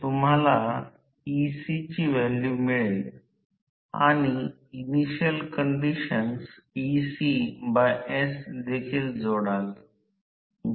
तर या प्रकरणात पुन्हा या आकृत्याकडे परत जात आहेत तर हे आहे n रोटर च्या संदर्भात आणि जर हे जोडले तर फील्ड ns प्रत्यक्षात तयार केले जाईल आणि टॉर्क ची ही दिशा आहे ते थोडेसे दिसेल